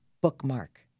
bookmark